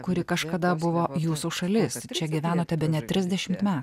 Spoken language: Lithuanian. kuri kažkada buvo jūsų šalies ateitis čia gyvenote bene trisdešimt metų